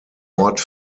ort